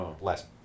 less